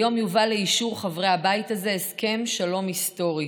היום יובא לאישור חברי הבית הזה הסכם שלום היסטורי,